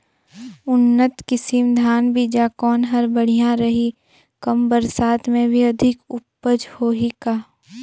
उन्नत किसम धान बीजा कौन हर बढ़िया रही? कम बरसात मे भी अधिक उपज होही का?